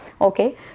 Okay